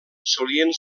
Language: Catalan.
solien